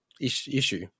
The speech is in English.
issue